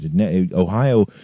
Ohio